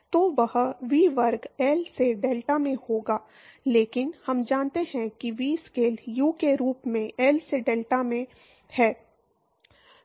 तो वह वी वर्ग एल से डेल्टा में होगा लेकिन हम जानते हैं कि वी स्केल यू के रूप में एल से डेल्टा में है